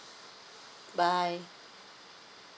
bye